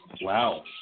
Wow